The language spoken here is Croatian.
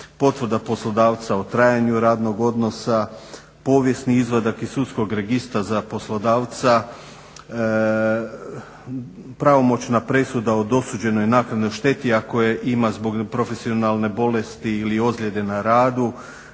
potvrda poslodavca o trajanju radnog odnosa, povijesni izvadak iz sudskog registra za poslodavca, pravomoćna presuda o dosuđenoj naknadnoj šteti a koje ima zbog profesionalne bolesti ili ozljede na radu,